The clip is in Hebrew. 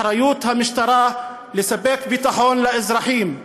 אחריות המשטרה לספק ביטחון לאזרחים.